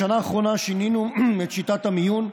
בשנה האחרונה שינינו את שיטת המיון,